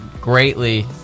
greatly